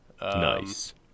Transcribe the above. Nice